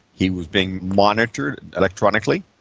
he was being monitored electronically,